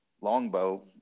longbow